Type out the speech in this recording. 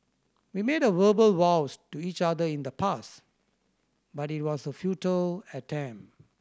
we made a verbal vows to each other in the past but it was a futile attempt